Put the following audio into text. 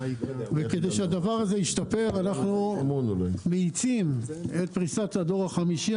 כדי שהדבר הזה ישתפר אנחנו מאיצים את פריסת הדור החמישי.